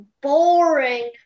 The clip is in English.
boring